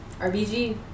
RBG